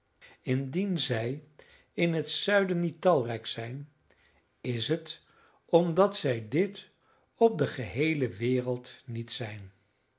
indien zij in het zuiden niet talrijk zijn is het omdat zij dit op de geheele wereld niet zijn